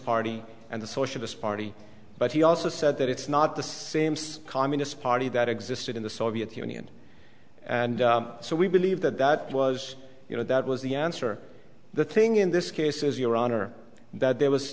party and the socialist party but he also said that it's not the same size communist party that existed in the soviet union and so we believe that that was you know that was the answer the thing in this case is your honor that there was